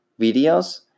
videos